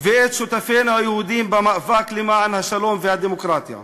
ואת שותפינו היהודים במאבק למען השלום והדמוקרטיה.